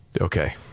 okay